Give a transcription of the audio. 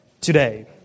today